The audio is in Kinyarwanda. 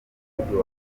mudugudu